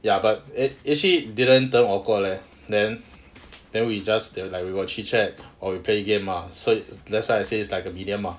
ya but actually didn't awkward leh then then we just like we got chit chat or we play game ah so that's why I say it's like a medium ah